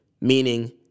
meaning